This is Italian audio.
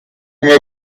come